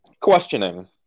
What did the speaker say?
Questioning